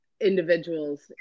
individuals